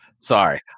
Sorry